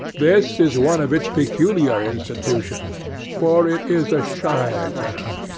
this is one of its peculiar institutions for it is a shire town.